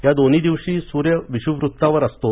या दोन्ही दिवशी सूर्य विषुववृत्तावर असतो